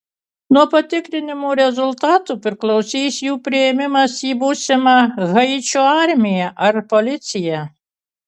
nuo patikrinimo rezultatų priklausys jų priėmimas į būsimą haičio armiją ar policiją